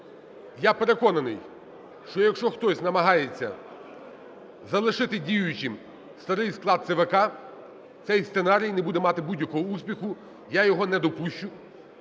Я переконаний, що якщо хтось намагається залишити діючим старий склад ЦВК, цей сценарій не буде мати будь-якого успіху, я його не допущу.